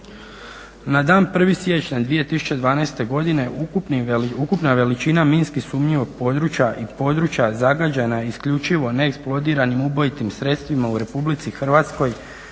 Na dan 1.siječnja 2012.godine ukupna veličina minski sumnjivog područja i područja zagađena isključivo neeksplodiranim ubojitim sredstvima u RH iznosila je